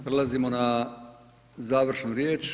Prelazimo na završnu riječ.